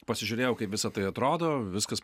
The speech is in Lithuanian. pasižiūrėjau kaip visa tai atrodo viskas